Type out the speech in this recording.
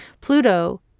Pluto